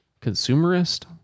Consumerist